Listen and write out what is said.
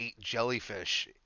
jellyfish